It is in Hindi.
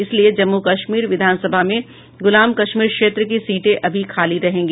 इसलिए जम्मू कश्मीर विधानसभा में गुलाम कश्मीर क्षेत्र की सीटें अभी खाली रहेंगी